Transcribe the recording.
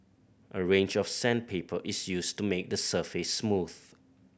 a range of sandpaper is used to make the surface smooth